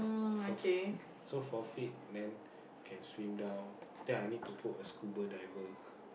four so four feet then can swim down then I need to put a scuba diver